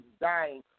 dying